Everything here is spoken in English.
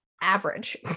average